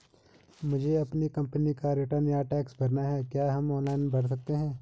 मुझे अपनी कंपनी का रिटर्न या टैक्स भरना है क्या हम ऑनलाइन भर सकते हैं?